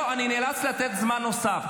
נא לצאת מהאולם,